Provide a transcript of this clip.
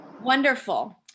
Wonderful